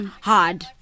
hard